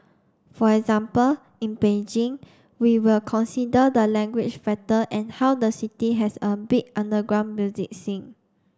for example in Beijing we will consider the language factor and how the city has a big underground music scene